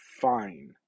fine